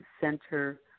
Center